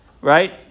Right